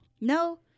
No